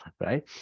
right